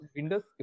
Windows